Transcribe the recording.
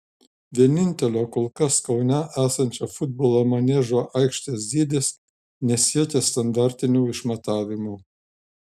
vienintelio kol kas kaune esančio futbolo maniežo aikštės dydis nesiekia standartinių išmatavimų